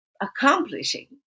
accomplishing